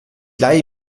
leihe